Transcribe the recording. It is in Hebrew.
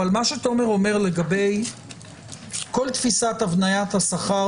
אבל מה שתומר אומר לגבי כל תפיסת הבניית השכר